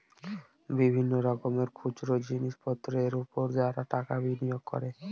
বিভিন্ন রকমের খুচরো জিনিসপত্রের উপর যারা টাকা বিনিয়োগ করে